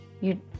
You